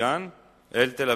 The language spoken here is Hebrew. ברמת-גן לתל-אביב.